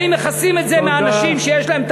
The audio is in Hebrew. האם מכסים את זה מאנשים שיש להם,